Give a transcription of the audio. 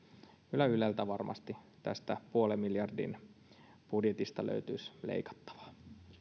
kyllä yleltä varmasti tästä puolen miljardin budjetista löytyisi leikattavaa